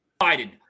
Biden